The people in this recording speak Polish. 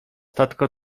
tatko